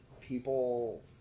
people